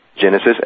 Genesis